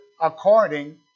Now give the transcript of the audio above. according